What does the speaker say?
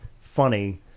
funny